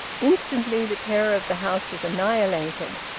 instantly the terror of the house was annihilated.